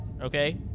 Okay